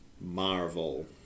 Marvel